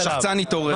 השחצן התעורר.